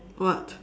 what